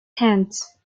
hands